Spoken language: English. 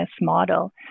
model